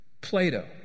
Plato